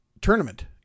tournament